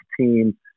team